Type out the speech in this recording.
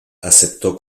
aceptó